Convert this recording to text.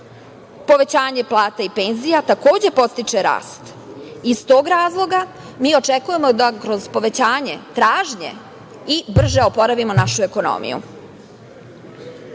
Povećanje plata i penzija, takođe, podstiče rast. Iz tog razloga mi očekujemo da, kroz povećanje tražnje, brže oporavimo i našu ekonomiju. Ono